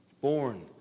born